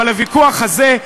אבל הוויכוח הזה,